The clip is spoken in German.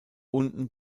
unten